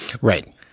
Right